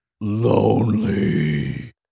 lonely